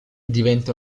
diventa